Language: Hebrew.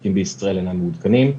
החוקים בישראל אינם מעודכנים,